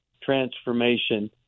transformation